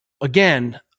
again